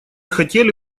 хотели